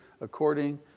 according